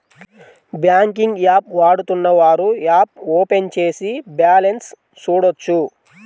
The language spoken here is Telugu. బ్యాంకింగ్ యాప్ వాడుతున్నవారు యాప్ ఓపెన్ చేసి బ్యాలెన్స్ చూడొచ్చు